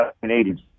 Canadians